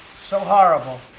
so horrible,